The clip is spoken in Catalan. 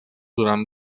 durant